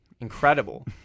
Incredible